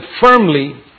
firmly